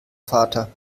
vater